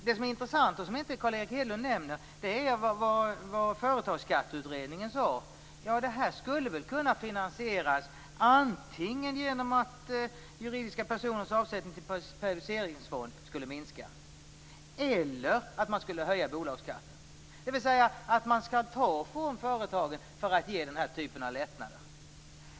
Det som är intressant - och som Carl Erik Hedlund inte nämner - är vad Företagsskatteutredningen har sagt, nämligen att detta kan finansieras antingen med hjälp av att juridiska personers avsättning till periodiseringsfond skulle minska eller genom att höja bolagsskatten. Man skall ta från företagen för att ge den typen av lättnader.